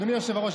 אדוני היושב-ראש,